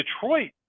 Detroit